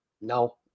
no